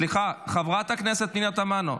סליחה, חברת הכנסת פנינה תמנו.